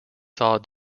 saw